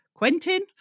Quentin